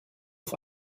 auf